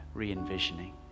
re-envisioning